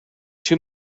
too